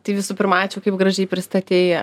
tai visų pirma ačiū kaip gražiai pristatei